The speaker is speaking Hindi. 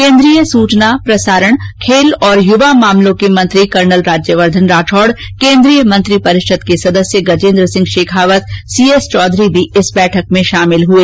केंद्रीय सूचना प्रसारण खेल और युवा मामलों के मंत्री कर्नल राज्यवर्धन राठौड केंद्रीय मंत्रिपरिषद के सदस्य गजेन्द्र सिंह शेखावत सीआरचौधरी भी इस बैठक में शामिल हुए